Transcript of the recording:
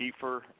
Kiefer